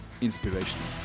inspirational